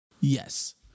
Yes